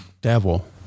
devil